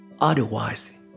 Otherwise